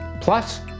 plus